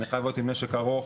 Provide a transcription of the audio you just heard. אני חייב להיות עם נשק ארוך,